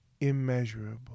immeasurable